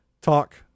Talk